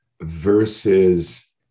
versus